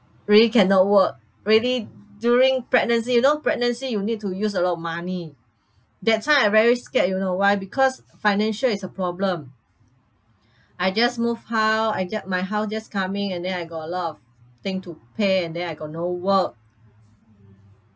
really cannot work really during pregnancy you know pregnancy you need to use a lot of money that time I very scared you know why because financial is a problem I just move house I ju~ my house just coming and then I got a lot of thing to pay and then I got no work